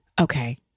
Okay